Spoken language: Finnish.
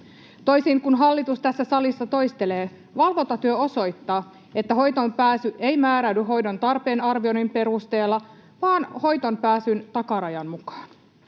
Toisin kuin hallitus tässä salissa toistelee, valvontatyö osoittaa, että hoitoonpääsy ei määräydy hoidon tarpeen arvioinnin perusteella vaan hoitoonpääsyn takarajan mukaan.